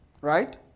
Right